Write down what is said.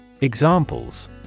Examples